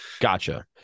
Gotcha